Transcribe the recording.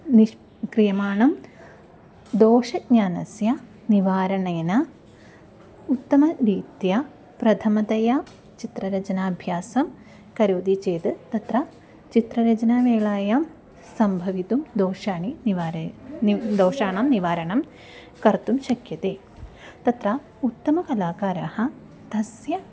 निष्क्रियमाणस्य दोषज्ञानस्य निवारणेन उत्तमरीत्या प्रथमतया चित्ररचनाभ्यासं करोति चेत् तत्र चित्ररचनावेलायां सम्भवितुं दोषाः निवारयेयुः न दोषाणां निवारणं कर्तुं शक्यते तत्र उत्तमकलाकाराः तस्य